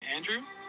Andrew